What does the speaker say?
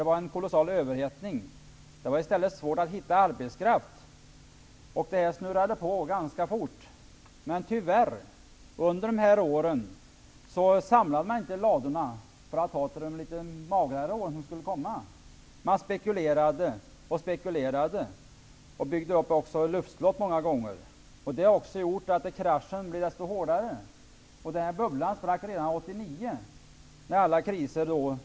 Det var en kolossal överhettning. Det var i stället svårt att hitta arbetskraft. Det snurrade på ganska fort. Men under de här åren samlade man tyvärr inte i ladorna för att ha till de litet magrare år som skulle komma. Man spekulerade och byggde många gånger upp luftslott. Det har gjort att kraschen blev desto hårdare. Den här bubblan sprack redan 1989 när alla kriser uppstod.